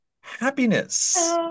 happiness